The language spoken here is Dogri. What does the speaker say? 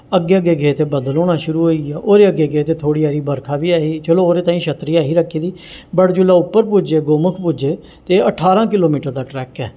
अग्गें अग्गें गे ते बदल होना शुरू होई गेआ ओह्दे अग्गें गे ते थोह्ड़ी हारी बरखा बी ऐही चलो ओह्दे ताहीं छत्तरी ऐही रक्खी दी वट जुल्लै उप्पर पुज्जे गौमुख पुज्जे ते अठारां किलोमीटर दा ट्रैक ऐ